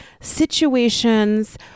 situations